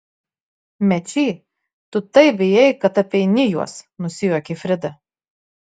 mečy tu taip bijai kad apeini juos nusijuokė frida